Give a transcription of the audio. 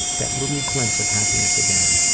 that little glimpse of happiness again,